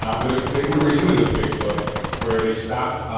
um but there's a big one recently with facebook where they stopped.